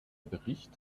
bericht